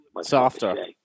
Softer